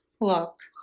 Look